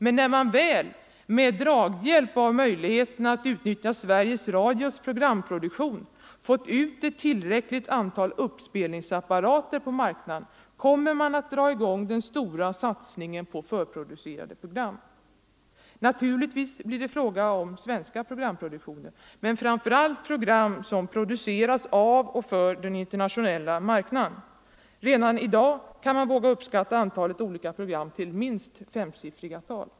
Men när man väl med draghjälp av möjligheterna att utnyttja Sveriges Radios programproduktion fått ut ett tillräckligt antal uppspelningsapparater på marknaden, kommer man att dra i gång den stora satsningen på förproducerade program. Naturligtvis blir det fråga om svenska programproduktioner men framför allt program som produceras av och för den internationella marknaden. Redan i dag torde antalet 65 olika program kunna uppskattas till minst femsiffriga tal.